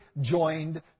joined